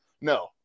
No